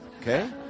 Okay